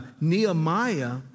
Nehemiah